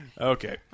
Okay